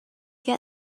get